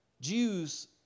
Jews